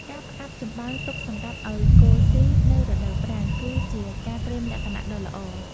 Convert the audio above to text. ការផ្អាប់ចំបើងទុកសម្រាប់ឱ្យគោស៊ីនៅរដូវប្រាំង គឺជាការត្រៀមលក្ខណៈដ៏ល្អ។